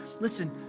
Listen